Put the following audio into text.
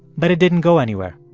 but it didn't go anywhere.